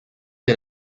dès